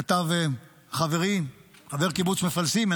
שכתב חברי חבר קיבוץ מפלסים,